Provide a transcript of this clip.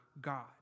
God